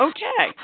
Okay